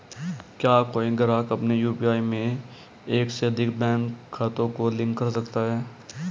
क्या कोई ग्राहक अपने यू.पी.आई में एक से अधिक बैंक खातों को लिंक कर सकता है?